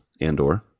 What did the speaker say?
Andor